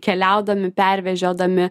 keliaudami pervežinėdami